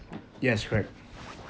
yes correct